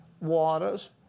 waters